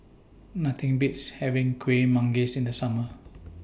Nothing Beats having Kuih Manggis in The Summer